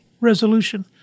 resolution